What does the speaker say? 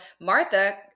Martha